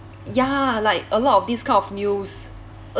ya like a lot of this kind of news a